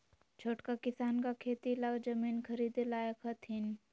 छोटका किसान का खेती ला जमीन ख़रीदे लायक हथीन?